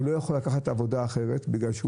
הוא לא יכול לקחת עבודה אחרת בגלל שהוא